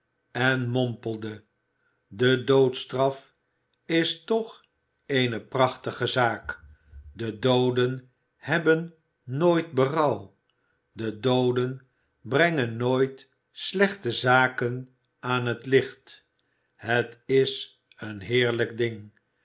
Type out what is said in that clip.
en mompelde de doodstraf is toch eene prachtige zaak de dooden hebben nooit berouw de dooden brengen nooit slechte zaken aan het licht het is een heerlijk ding